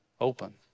open